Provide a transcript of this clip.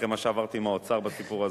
אחרי מה שעברתי עם האוצר בסיפור הזה.